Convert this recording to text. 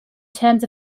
terms